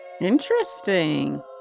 Interesting